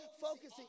focusing